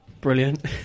brilliant